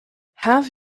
have